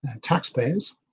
taxpayers